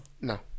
No